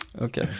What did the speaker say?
Okay